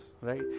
right